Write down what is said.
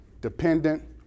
dependent